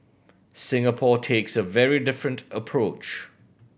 Singapore takes a very different approach